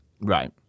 Right